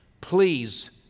please